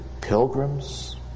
pilgrims